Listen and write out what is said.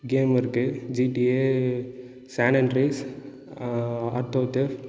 கேம்மிருக்கு GTA சேனன்ட்ரீஸ் ஆன் ஆர்தோதொஃப்